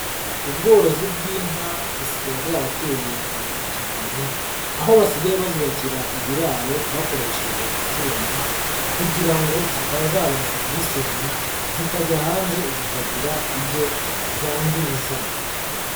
Ubworozi bw'inka busigaye bwarateye imbere cyane aho basigaye bazubakira ibiraro bakoresheje ibyuma kugira ngo zitazabasha kubisenya zikajya hanze zikagira ibyo zangiza.